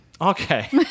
Okay